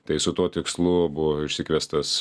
tai su tuo tikslu buvo išsikviestas